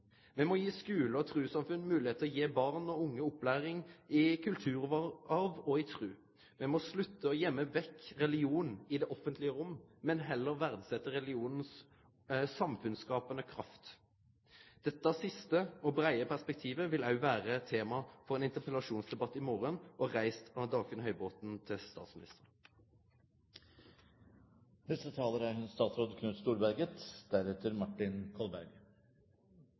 Me må gi skolar og trussamfunn moglegheit til å gi barn og unge opplæring i kulturarv og i tru. Me må slutte å gøyme bort religionen i det offentlege rommet, men heller verdsetje religionens samfunnskapande kraft. Dette siste og breie perspektivet vil òg vere tema for ein interpellasjonsdebatt i morgon, reist av Dagfinn Høybråten til statsministeren.